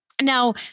Now